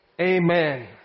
amen